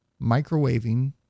microwaving